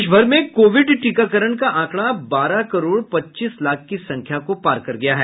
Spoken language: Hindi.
देशभर में कोविड टीकाकरण का आंकड़ा बारह करोड़ पच्चीस लाख की संख्या पार कर गया है